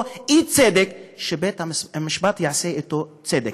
אי-צדק הוא שבית-המשפט יעשה אתו צדק.